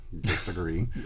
disagree